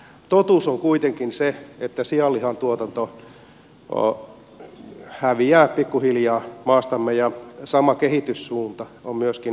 totuus on kuitenkin se että sianlihan tuotanto häviää pikkuhiljaa maastamme ja sama kehityssuunta on myöskin naudanlihan tuotannolla